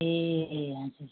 ए ए हजुर